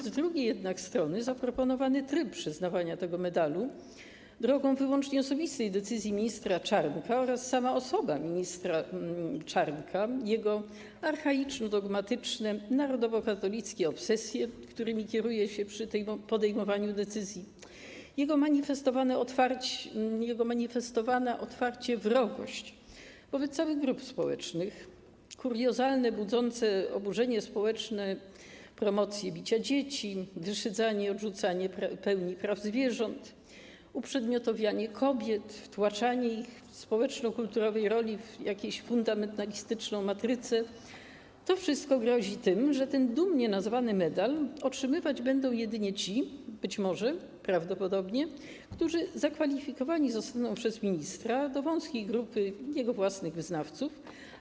Z drugiej jednak strony zaproponowany tryb przyznawania tego medalu drogą wyłącznie osobistej decyzji ministra Czarnka oraz sama osoba ministra Czarnka, jego archaiczno-dogmatyczne, narodowo-katolickie obsesje, którymi kieruje się przy podejmowaniu decyzji, jego manifestowana otwarcie wrogość wobec całych grup społecznych, kuriozalne, budzące oburzenie społeczne promocje bicia dzieci, wyszydzanie i odrzucanie pełni praw zwierząt, uprzedmiotowianie kobiet, wtłaczanie ich w społeczno-kulturowej roli w jakąś fundamentalistyczną matrycę grozi tym, że ten dumnie nazwany medal otrzymywać będą być może, prawdopodobnie jedynie ci, którzy zakwalifikowani zostaną przez ministra do wąskiej grupy jego własnych wyznawców.